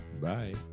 Bye